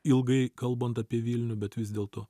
ilgai kalbant apie vilnių bet vis dėlto